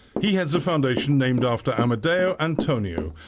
he heads a foundation named after amadeu antonio,